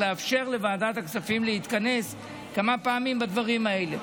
לאפשר לוועדת הכספים להתכנס כמה פעמים לדברים האלה.